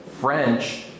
French